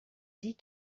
dit